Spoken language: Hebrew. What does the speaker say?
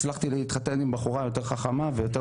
הצלחתי להתחתן עם בחורה יותר חכמה ויותר